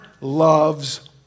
loves